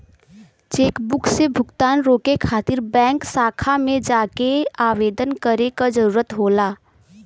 chequebook से भुगतान रोके खातिर बैंक शाखा में जाके आवेदन करे क जरुरत होला